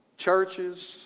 Churches